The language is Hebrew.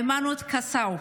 היימנוט קסאו,